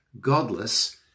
godless